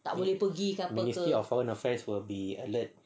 ministry of foreign affairs will be alert